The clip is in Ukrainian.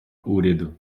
уряду